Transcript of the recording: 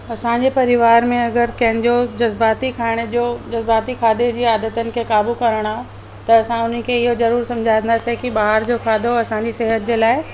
असांजे परिवार में अगरि कंहिंजो जज़्बाती खाइण जो जज़्बाती खाधे जी आदतनि खे काबू करणु आहे त असां उन्हनि खे इहो ज़रूरु समुझाईंदासीं कि ॿाहिरि जो खाधो असांजी सिहत जे लाइ